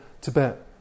Tibet